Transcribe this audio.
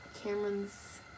Cameron's